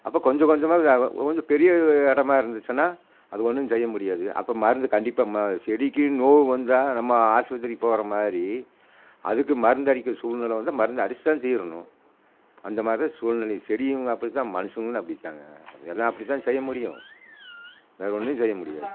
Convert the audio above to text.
அப்போ கொஞ்சம் கொஞ்சமாக கொஞ்சம் பெரிய இடமா இருந்துச்சுன்னா அது ஒன்றும் செய்ய முடியாது அப்போ மருந்து கண்டிப்பாக செடிக்கு நோய் வந்தால் நம்ம ஆஸ்பித்திரிக்கு போகிற மாதிரி அதுக்கு மருந்து அடிக்கும் சூழ்நிலை வந்தால் மருந்து அடித்து தான் தீரணும் அந்த மாதிரி தான் சூழ்நிலை செடியும் அப்படி தான் மனுஷங்களும் அப்படி தான்ங்க அது எல்லாம் அப்படி தான் செய்ய முடியும் வேறு ஒன்றும் செய்ய முடியாது